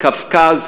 קווקז,